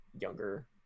younger